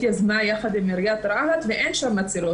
יזמה ביחד עם עיריית רהט ואין שם מצילות.